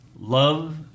Love